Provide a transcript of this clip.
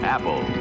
Apple